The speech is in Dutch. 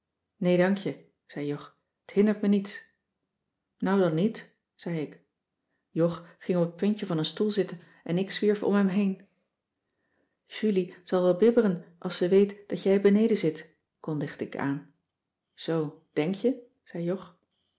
nee dank je zei jog t hindert me niets nou dan niet zei ik jog ging op het puntje van een stoel zitten en ik zwierf om hem heen julie zal wel bibberen als ze weet dat jij beneden zit kondigde ik aan zoo denk je zei jog